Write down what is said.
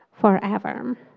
forever